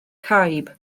caib